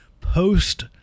post